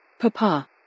Papa